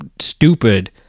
stupid